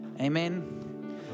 Amen